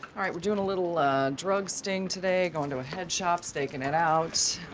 we're doing a little drug sting today, going to a head shop, staking it out.